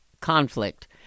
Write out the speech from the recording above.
conflict